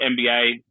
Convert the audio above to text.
NBA